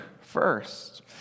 first